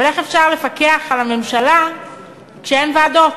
אבל איך אפשר לפקח על הממשלה כשאין ועדות?